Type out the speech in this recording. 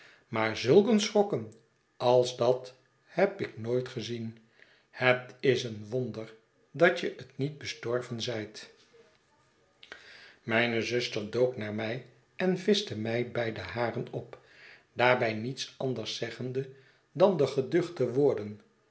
maar zulk een schrokken als dat heb ik nooit gezien het is een wonder dat je het niet bestorven zijt mijne zuster dook naar mij en vischte mij bij de haren op daarbij niets anders zeggende dan de geduchte woorden